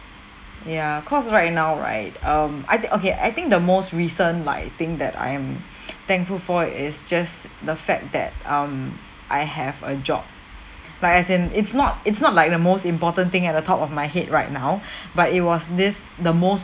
ya cause right now right um I think okay I think the most recent like I think that I am thankful for is just the fact that um I have a job like as in it's not it's not like the most important thing at the top of my head right now but it was this the most